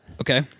Okay